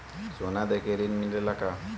सोना देके ऋण मिलेला का?